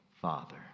father